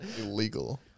Illegal